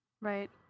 Right